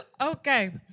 Okay